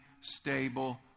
stable